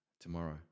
tomorrow